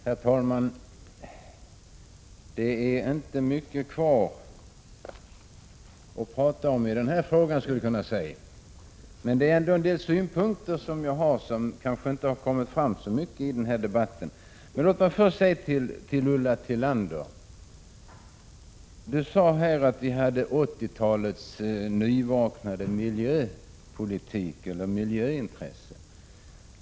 Herr talman! Det är inte mycket kvar att tala om i den här frågan, skulle man kunna säga, men jag har ändå en del synpunkter som kanske inte har kommit fram så mycket i debatten. Ulla Tillander sade att vi har 1980-talets nyvaknade miljöintresse.